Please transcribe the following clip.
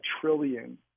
trillion